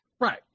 Right